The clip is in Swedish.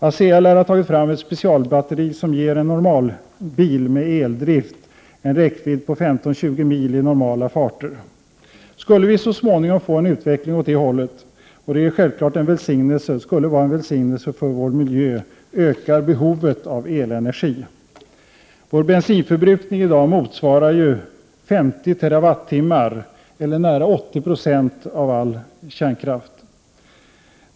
ASEA lär ha tagit fram ett specialbatteri, som ger en normalbil med eldrift räckvidd på 15-20 mil i normala farter. Skulle vi så småningom få en utveckling åt detta håll — och det vore självfallet en välsignelse för vår miljö — så ökar behovet av elenergi. Dagens bensinförbrukning motsvarar ju 50 terawattimmar eller nära 80 90 av all kärnkraft.